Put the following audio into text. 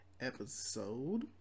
episode